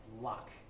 luck